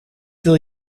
wil